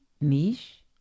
Niche